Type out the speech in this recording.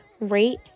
rate